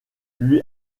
lui